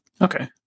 Okay